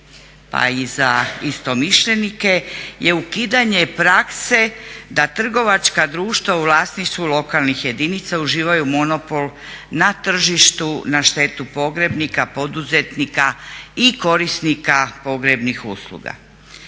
pa i za istomišljenike je ukidanje prakse da trgovačka društva u vlasništvu lokalnih jedinica uživaju monopol na tržištu na štetu pogrebnika, poduzetnika i korisnika pogrebnih usluga.